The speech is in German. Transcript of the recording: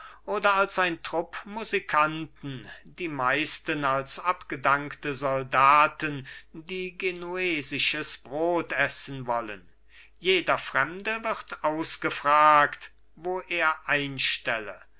oder als ein trupp musikanten die meisten als abgedankte soldaten die genuesisches brot essen wollen jeder fremde wird ausgefragt wo er einstelle